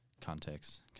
Context